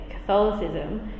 Catholicism